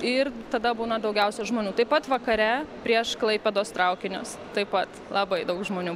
ir tada būna daugiausia žmonių taip pat vakare prieš klaipėdos traukinius taip pat labai daug žmonių